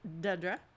Dedra